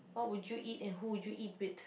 what would you eat and who would you eat with